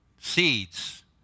seeds